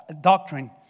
Doctrine